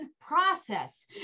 process